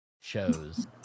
shows